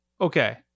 Okay